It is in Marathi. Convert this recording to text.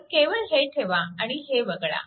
तर केवळ हे ठेवा आणि हे वगळा